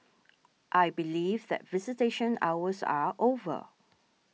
I believe that visitation hours are over